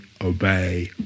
obey